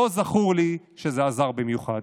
לא זכור לי שזה עזר במיוחד.